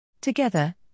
Together